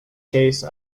case